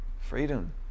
Freedom